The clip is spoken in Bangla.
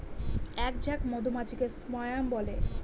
এক ঝাঁক মধুমাছিকে স্বোয়াম বলে